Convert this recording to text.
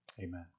Amen